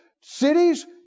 cities